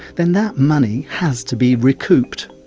then that money has to be recouped.